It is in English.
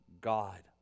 God